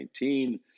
2019